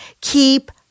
keep